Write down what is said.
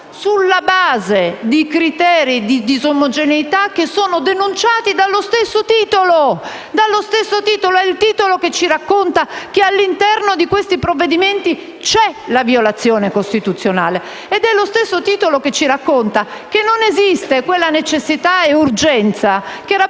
sulla base di criteri di disomogeneità che sono denunciati dallo stesso titolo. È infatti il titolo che ci racconta che all'interno di questi provvedimenti c'è la violazione costituzionale. È lo stesso titolo che ci racconta che non esistono quella necessità e quella urgenza previste